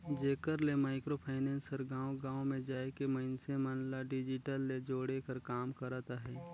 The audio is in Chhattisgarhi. जेकर ले माइक्रो फाइनेंस हर गाँव गाँव में जाए के मइनसे मन ल डिजिटल ले जोड़े कर काम करत अहे